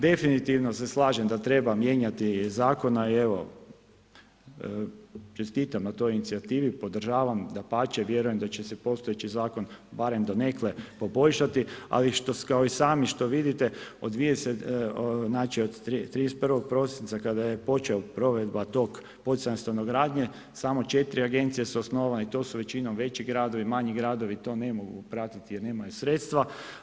Definitivno se slažem da treba mijenjati zakon i evo, čestitam na toj inicijativa, podržavam, dapače, vjerujem da će se postojeći zakon, barem do neke poboljšati, ali kao što i sami vidite od 31. prosinca kad je počela tog provedba poticanja stanogradnje, samo 4 agencije su osnovane i to su većinom veći gradovi, manji gradovi to ne mogu pratiti jer nemaju sredstva.